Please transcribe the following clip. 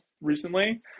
recently